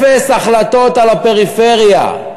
אפס החלטות על הפריפריה,